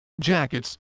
jackets